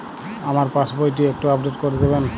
আমার পাসবই টি একটু আপডেট করে দেবেন?